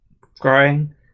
growing